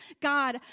God